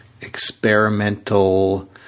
experimental